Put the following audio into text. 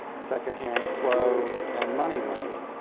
second-hand clothes, and money lending.